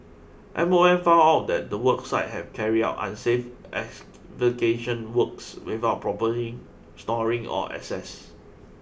M O M found out that the work site had carried out unsafe excavation works without propering storing or access